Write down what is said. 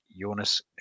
Jonas